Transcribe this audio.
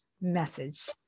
message